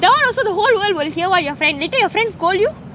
that one also the whole world will hear what your friend later your friend scold you